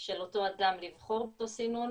של אותו אדם לבחור את אותו סינון,